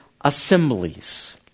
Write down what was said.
assemblies